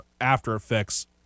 after-effects